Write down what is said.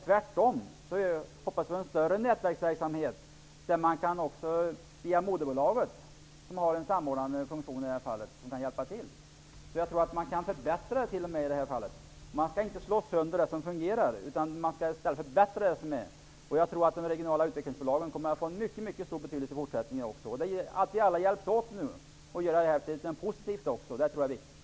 Tvärtom hoppas vi på en större nätverksverksamhet, inte minst via moderbolaget, som har en samordnande funktion och kan hjälpa till. Jag tror alltså att man rent av kan förbättra detta. Man skall inte slå sönder det som fungerar, man skall förbättra det. Jag tror att de regionala utvecklingsbolagen kommer att få en mycket stor betydelse i fortsättningen. Nu måste vi alla hjälpas åt att göra någonting positivt av det här. Det tror jag är viktigt.